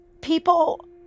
people